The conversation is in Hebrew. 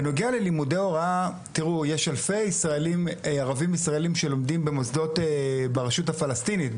יש אלפי ערבים ישראלים שלומדים במוסדות ברשות הפלסטינית.